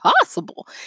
possible